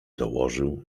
dołożył